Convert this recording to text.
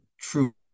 true